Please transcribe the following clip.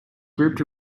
grouped